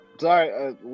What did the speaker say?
Sorry